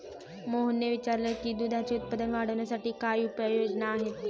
मोहनने विचारले की दुधाचे उत्पादन वाढवण्यासाठी काय उपाय योजना आहेत?